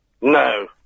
No